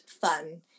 fun